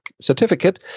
certificate